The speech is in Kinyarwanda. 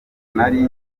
nari